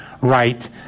right